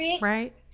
right